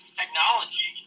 technology